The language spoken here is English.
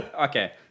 Okay